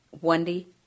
Wendy